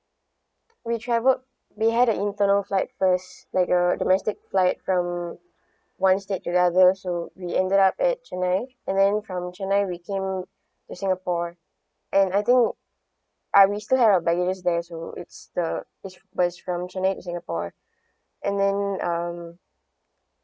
we travelled we had a internal flight first like a domestic flight from one state to another so we ended up at chennai and then from chennai we came to singapore and I think ah we still have our baggages there so it's the it's must from chennai to singapore and then um